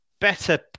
better